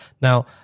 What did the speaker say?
Now